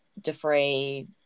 defray